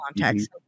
context